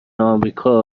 آمریکا